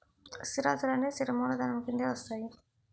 స్థిరాస్తులన్నీ స్థిర మూలధనం కిందే వస్తాయి